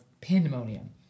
pandemonium